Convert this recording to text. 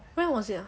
when was it ah